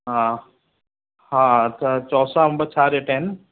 हा हा त चौसा अंब छा रेट आहिनि